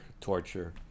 torture